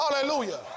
Hallelujah